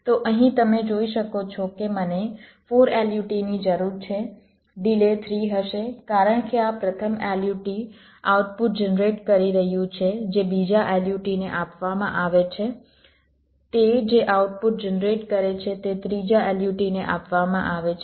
તો અહીં તમે જોઈ શકો છો કે મને 4 LUT ની જરૂર છે ડિલે 3 હશે કારણ કે આ પ્રથમ LUT આઉટપુટ જનરેટ કરી રહ્યું છે જે બીજા LUT ને આપવામાં આવે છે તે જે આઉટપુટ જનરેટ કરે છે તે ત્રીજા LUT ને આપવામાં આવે છે